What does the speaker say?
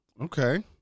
Okay